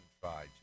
tried